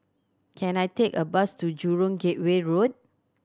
can I take a bus to Jurong Gateway Road